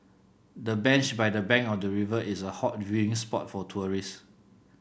the bench by the bank of the river is a hot viewing spot for tourists